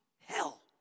hell